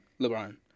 LeBron